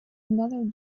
another